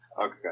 Okay